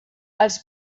els